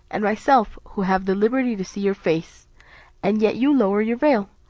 and myself, who have the liberty to see your face and yet you lower your veil,